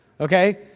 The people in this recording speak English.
okay